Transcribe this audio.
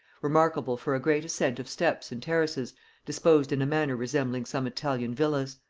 remarkable for a great ascent of steps and terraces disposed in a manner resembling some italian villas.